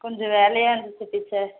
கொஞ்சம் வேலையாக இருந்துச்சு டீச்சர்